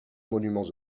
monuments